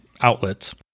outlets